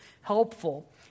helpful